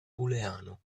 booleano